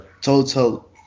total